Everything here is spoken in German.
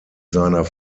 seiner